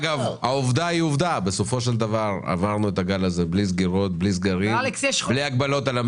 --- העובדה היא שעברנו את הגל האחרון בלי סגרים ובלי הגבלות.